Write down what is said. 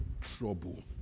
trouble